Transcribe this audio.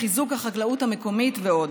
לחיזוק החקלאות המקומית ועוד.